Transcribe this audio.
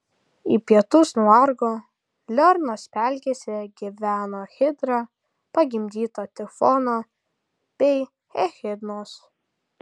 į pietus nuo argo lernos pelkėse gyveno hidra pagimdyta tifono bei echidnos